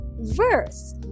verse